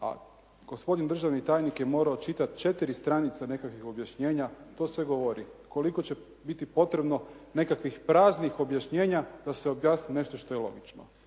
a gospodin državni tajnik je morao čitati četiri stranice nekakvih objašnjenja. To sve govori koliko će biti potrebno nekakvih praznih objašnjenja da se objasni nešto što je logično.